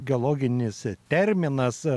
geologinis terminas